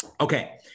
Okay